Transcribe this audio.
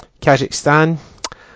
Kazakhstan